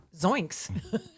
zoinks